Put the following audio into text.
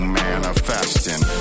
manifesting